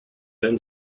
then